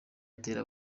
atera